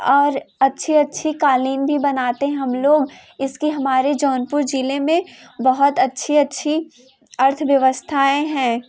और अच्छे अच्छे क़ालीन भी बनाते हैं हम लोग इसकी हमारे जौनपुर ज़िले में बहुत अच्छी अच्छी अर्थव्यव्स्थाएँ हैं